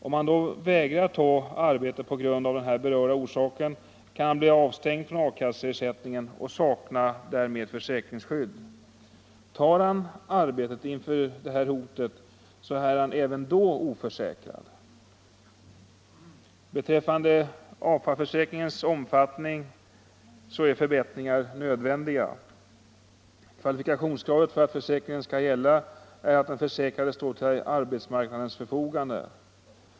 Om han vägrar att ta arbetet på grund av den berörda omständigheten, kan han bli avstängd från A-kasseersättning, och han saknar därmed försäkringsstöd. Tar han arbetet inför detta hot är han även då oförsäkrad. Förbättringar av AFA-försäkringens omfattning är nödvändiga. Kvalifikationskravet för att försäkringen skall gälla är att den försäkrade står till arbetsmarknadens förfogande.